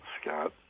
Scott